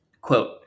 Quote